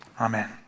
Amen